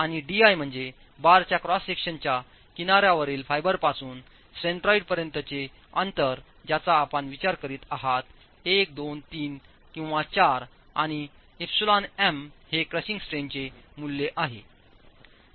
आणि di म्हणजे bar च्या क्रॉस सेक्शनच्या किनार्यावरील फायबरपासून सेंट्रॉइडपर्यंतचे अंतर ज्याचा आपण विचार करीत आहात 1 2 3 किंवा 4 आणिεmहे क्रशिंग स्ट्रेंनचेमूल्य आहे